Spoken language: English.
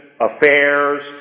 Affairs